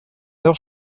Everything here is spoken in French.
heure